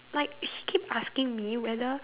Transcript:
like she keep asking me whether